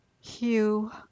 Hugh